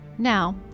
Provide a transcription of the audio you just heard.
Now